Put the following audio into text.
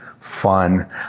fun